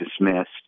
dismissed